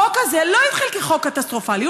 החוק הזה לא התחיל כחוק קטסטרופלי,